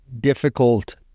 difficult